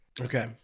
Okay